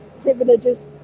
privileges